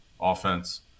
offense